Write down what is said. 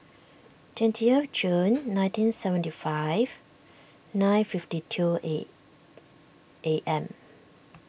twentieth June nineteen seventy five nine fifty two A A M